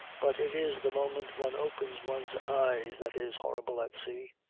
but it is the moment one opens one's eyes that is horrible at sea.